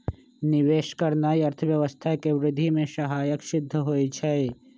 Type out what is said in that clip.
निवेश करनाइ अर्थव्यवस्था के वृद्धि में सहायक सिद्ध होइ छइ